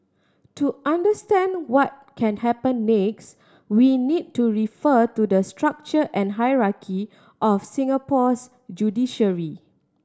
to understand what can happen next we need to refer to the structure and hierarchy of Singapore's judiciary